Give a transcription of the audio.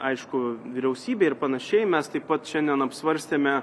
aišku vyriausybei ir panašiai mes taip pat šiandien apsvarstėme